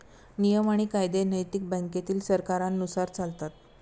नियम आणि कायदे नैतिक बँकेतील सरकारांनुसार चालतात